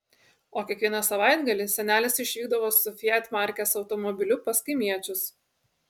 o kiekvieną savaitgalį senelis išvykdavo su fiat markės automobiliu pas kaimiečius